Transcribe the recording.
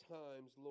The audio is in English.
times